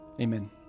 Amen